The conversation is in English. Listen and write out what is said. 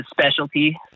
specialty